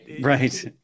Right